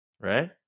right